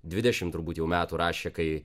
dvidešim turbūt jau metų rašė kai